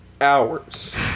Hours